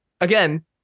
again